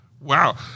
Wow